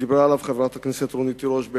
שדיברה עליה חברת הכנסת רונית תירוש.